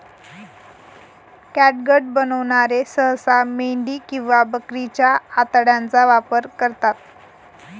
catgut बनवणारे सहसा मेंढी किंवा बकरीच्या आतड्यांचा वापर करतात